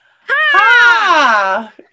Ha